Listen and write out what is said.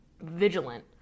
vigilant